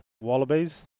wallabies